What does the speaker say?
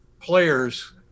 players